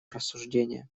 рассуждения